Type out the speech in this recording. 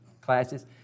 classes